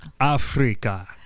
Africa